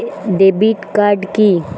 Debit card কি?